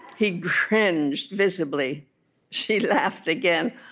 he cringed, visibly she laughed again.